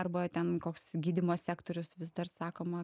arba ten koks gydymo sektorius vis dar sakoma